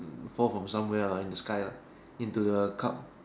fall from somewhere lah in the sky lah into the cup